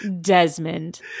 Desmond